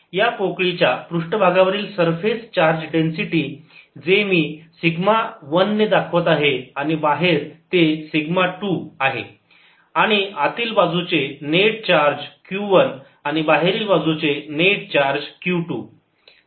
या पोकळीच्या पृष्ठभागावरील सरफेस चार्ज डेन्सिटी जे मी सिग्मा 1 मी दाखवत आहे आणि बाहेर ते सिग्मा 2 आहे आणि आतील बाजूचे नेट चार्ज Q 1 आणि बाहेरील बाजूचे नेट चार्ज Q 2